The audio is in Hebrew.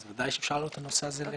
ודאי שאפשר להעלות את הנושא הזה.